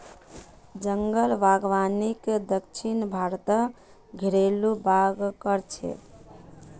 जंगल बागवानीक दक्षिण भारतत घरेलु बाग़ कह छे